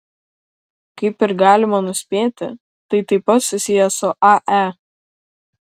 kaip ir galima nuspėti tai taip pat susiję su ae